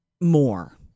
more